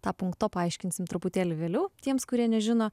tą punkto paaiškinsim truputėlį vėliau tiems kurie nežino